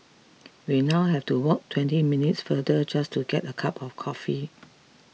we now have to walk twenty minutes farther just to get a cup of coffee